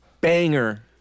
banger